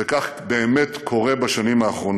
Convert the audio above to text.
כך באמת קורה בשנים האחרונות.